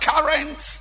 currents